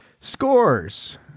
Scores